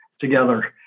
together